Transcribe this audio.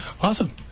Awesome